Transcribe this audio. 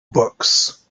books